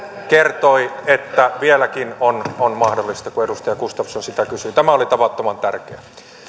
kertoi että vieläkin on on mahdollista kun edustaja gustafsson sitä kysyi tämä oli tavattoman tärkeää